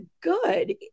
good